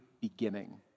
beginning